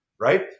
Right